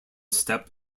step